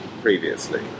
previously